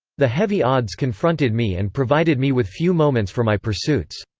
the heavy odds confronted me and provided me with few moments for my pursuits.